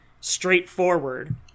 straightforward